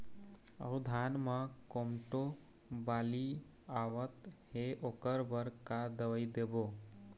अऊ धान म कोमटो बाली आवत हे ओकर बर का दवई देबो?